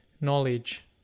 knowledge